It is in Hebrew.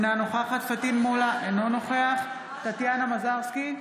אינה נוכחת פטין מולא, אינו נוכח טטיאנה מזרסקי,